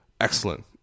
Excellent